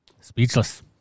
speechless